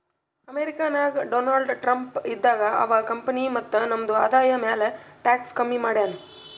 America ನಾಗ್ Donald Trump ಇದ್ದಾಗ ಅವಾ ಕಂಪನಿ ಮತ್ತ ನಮ್ದು ಆದಾಯ ಮ್ಯಾಲ ಟ್ಯಾಕ್ಸ್ ಕಮ್ಮಿ ಮಾಡ್ಯಾನ್